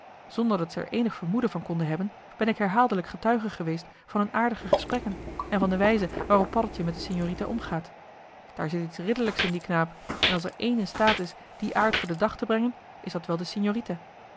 zonder dat zij er eenig vermoeden van konden hebben ben ik herhaaldelijk getuige geweest van hun aardige gesprekken en van de wijze waarop paddeltje met de signorita omgaat daar zit iets ridderlijks in dien knaap en als er één in staat is dien aard voor den dag te brengen is dat wel de